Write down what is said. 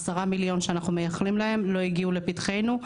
10 מיליון שאנחנו מייחלים להם לא הגיעו לפתחנו.